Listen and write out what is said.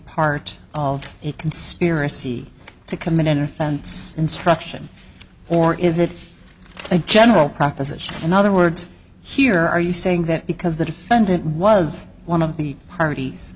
part of a conspiracy to commit an offense instruction or is it a general proposition in other words here are you saying that because the defendant was one of the parties